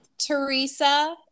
Teresa